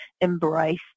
embrace